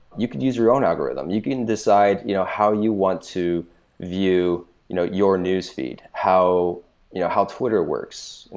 you could use your own algorithm. you can decide you know how you want to view you know your newsfeed. how you know how twitter works. and